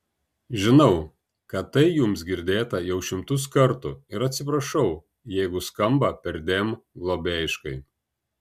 žinau kad tai jums girdėta jau šimtus kartų ir atsiprašau jeigu skamba perdėm globėjiškai